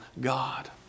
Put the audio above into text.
God